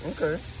okay